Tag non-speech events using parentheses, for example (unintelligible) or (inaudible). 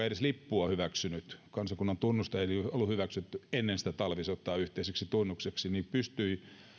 (unintelligible) edes lippua hyväksynyt kansakunnan tunnusta ei ollut hyväksytty ennen sitä talvisotaa yhteiseksi tunnukseksi vaikeasti jakaantuneesta tilanteesta huolimatta pystyi